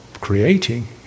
creating